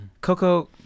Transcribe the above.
Coco